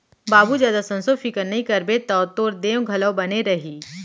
बाबू जादा संसो फिकर नइ करबे तौ जोर देंव घलौ बने रही